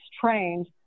trained